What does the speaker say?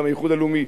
גם האיחוד הלאומי,